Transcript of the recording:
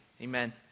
Amen